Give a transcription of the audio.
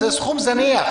זה סכום זניח,